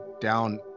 Down